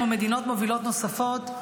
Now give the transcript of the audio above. כמו מדינות מובילות נוספות,